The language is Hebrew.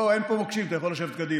בוא, אין פה מוקשים, אתה יכול לשבת קדימה.